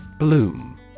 Bloom